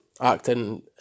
Acting